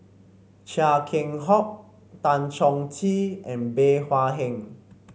Chia Keng Hock Tan Chong Tee and Bey Hua Heng